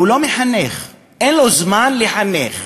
לא מחנך, אין לו זמן לחנך,